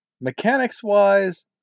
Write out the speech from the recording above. Mechanics-wise